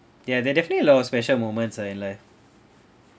ya that definitely lots of special moments ah in life